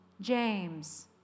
James